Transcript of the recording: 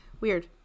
Weird